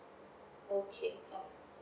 okay uh